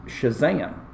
shazam